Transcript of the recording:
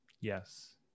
Yes